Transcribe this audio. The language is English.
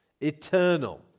Eternal